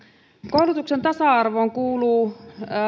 koulutuksen tasa arvoon kuuluu